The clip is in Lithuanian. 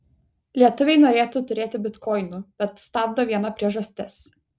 lietuviai norėtų turėti bitkoinų bet stabdo viena priežastis